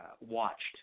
watched